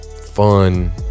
fun